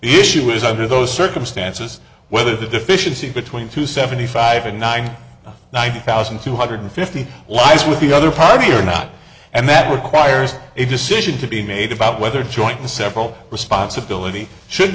issue is under those circumstances whether the deficiency between two seventy five and ninety nine thousand two hundred fifty lies with the other party or not and that requires a decision to be made about whether joining the several responsibility should